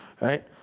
right